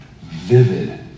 vivid